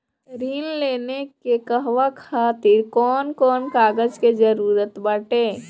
ऋण लेने के कहवा खातिर कौन कोन कागज के जररूत बाटे?